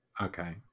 Okay